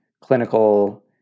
clinical